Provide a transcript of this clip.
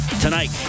tonight